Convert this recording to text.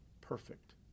perfect